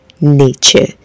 Nature